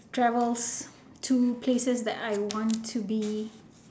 travels to places that I want to be